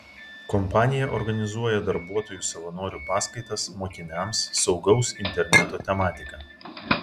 kompanija organizuoja darbuotojų savanorių paskaitas mokiniams saugaus interneto tematika